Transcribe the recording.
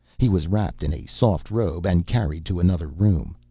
he was wrapped in a soft robe and carried to another room.